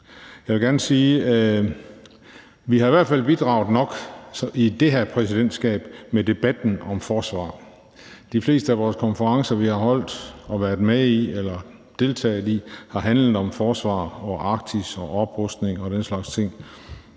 Jeg vil gerne sige, at vi i det her præsidentskab i hvert fald har bidraget nok med debatten om forsvar. De fleste af de konferencer, vi har holdt og været med i eller deltaget i, har handlet om forsvar og Arktis og oprustning og den slags ting.